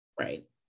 Right